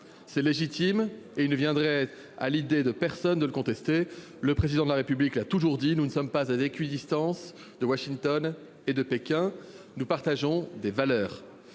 C'est légitime, et il ne viendrait à personne l'idée de le contester. Le Président de la République l'a toujours dit : nous ne sommes pas à équidistance de Washington et de Pékin, nous partageons des valeurs.